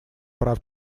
прав